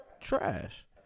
Trash